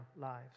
lives